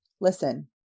Listen